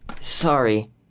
Sorry